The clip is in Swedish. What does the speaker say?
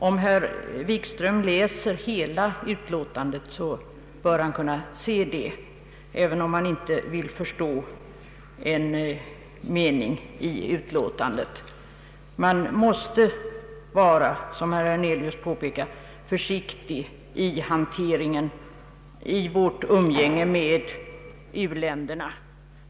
Om herr Wikström läser hela utlåtandet, bör han kunna se det, även om han inte vill förstå en mening i utlåtandet. Vi måste, som herr Hernelius påpekade, vara mycket försiktiga i vårt umgänge med u-länderna.